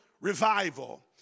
revival